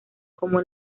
como